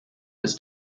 was